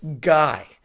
guy